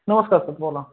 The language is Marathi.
नमस्कार सर बोला